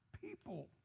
people